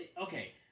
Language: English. okay